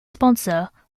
sponsor